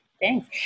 thanks